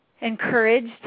encouraged